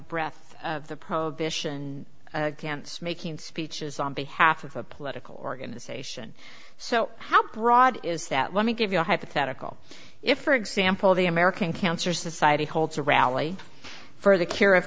breath of the prohibition against making speeches on behalf of a political organization so how broad is that when we give you a hypothetical if for example the american cancer society holds a rally for the cure of